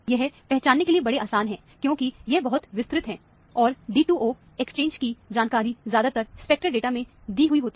यह पहचानने के लिए बड़े आसान है क्योंकि यह बहुत विस्तृत है और D2O एक्सचेंज की जानकारी ज्यादातर स्पेक्टल डाटा में दी हुई होती है